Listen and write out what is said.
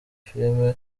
film